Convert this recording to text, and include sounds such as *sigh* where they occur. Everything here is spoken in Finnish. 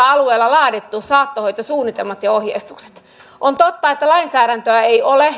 *unintelligible* alueella laadittu saattohoitosuunnitelmat ja ohjeistukset on totta että lainsäädäntöä ei ole *unintelligible*